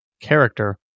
character